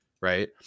Right